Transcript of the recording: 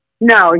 No